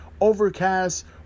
Overcast